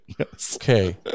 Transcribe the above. okay